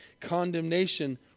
condemnation